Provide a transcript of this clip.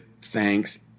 thanks